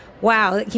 Wow